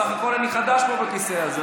סך הכול אני חדש פה בכיסא הזה,